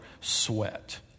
sweat